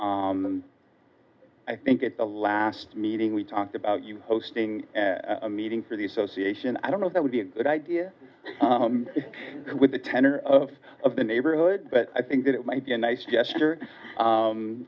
me i think at the last meeting we talked about you hosting a meeting for the association i don't know if that would be a good idea with the tenor of the neighborhood but i think that it might be a nice gesture